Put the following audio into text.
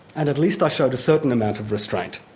and at least i showed a certain amount of restraint.